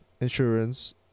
Insurance